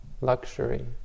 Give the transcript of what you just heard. luxury